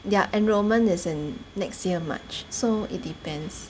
their enrolment is in next year march so it depends